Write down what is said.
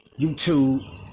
YouTube